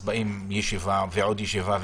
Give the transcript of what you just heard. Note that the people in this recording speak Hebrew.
באים לעוד ישיבה,